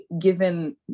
given